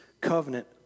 covenant